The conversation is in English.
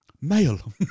Male